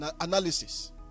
analysis